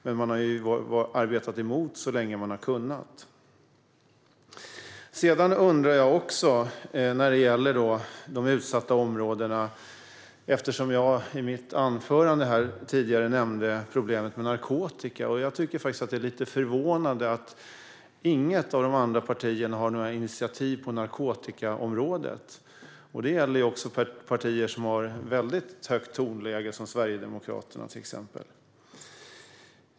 Men man har ju arbetat emot så länge man har kunnat. Jag har en annan undring när det gäller de utsatta områdena. I mitt huvudanförande nämnde jag problemet med narkotika. Jag tycker faktiskt att det är lite förvånande att inget av de andra partierna har några initiativ på narkotikaområdet. Det gäller även partier som har ett väldigt högt tonläge, som till exempel Sverigedemokraterna.